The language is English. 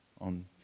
on